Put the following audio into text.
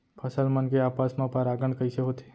फसल मन के आपस मा परागण कइसे होथे?